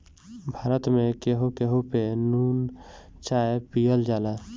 भारत में केहू केहू पे नून चाय पियल जाला